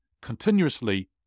continuously